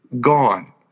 gone